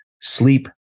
sleep